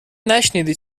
نشنیدی